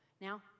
Now